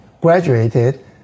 graduated